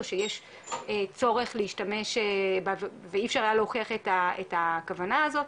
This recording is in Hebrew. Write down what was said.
או שיש צורך להשתמש ואי אפשר היה להוכיח את הכוונה הזאת,